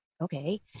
okay